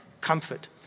comfort